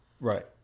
right